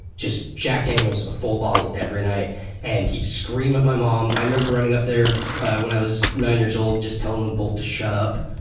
just jack daniels a full bottle every night and he's scream at my mom. i remember running up there when i was nine years old and just telling them both to shut up.